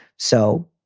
so,